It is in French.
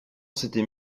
s’était